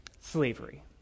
slavery